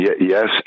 Yes